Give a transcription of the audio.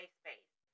space